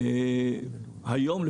היום,